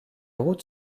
routes